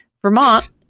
Vermont